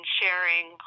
sharing